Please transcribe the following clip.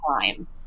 time